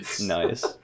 nice